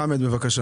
תודה, חמד בבקשה.